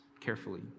carefully